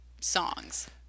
songs